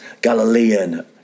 Galilean